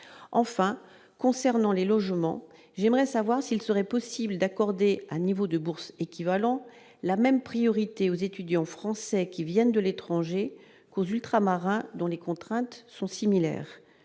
enfin concernant les logements, j'aimerais savoir s'il serait possible d'accorder à niveau de bourse équivalent la même priorité aux étudiants français qui viennent de l'étranger aux ultramarins dont les contraintes sont similaires,